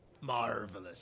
marvelous